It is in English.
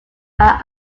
are